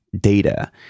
data